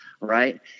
right